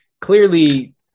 Clearly